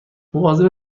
مواظب